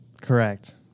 Correct